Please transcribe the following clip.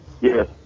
Yes